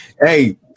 Hey